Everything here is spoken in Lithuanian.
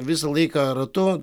visą laiką ratu